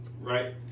Right